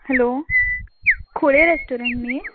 hello खुळे restaurant न्हय